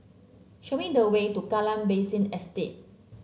show me the way to Kallang Basin Estate